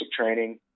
training